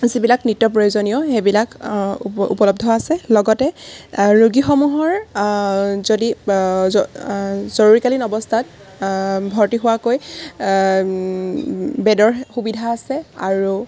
যিবিলাক নিত্য প্ৰয়োজনীয় সেইবিলাক উপলব্ধ আছে লগতে ৰোগীসমূহৰ যদি জ জৰুৰীকালীন অৱস্থাত ভৰ্তি হোৱাকৈ বেডৰ সুবিধা আছে আৰু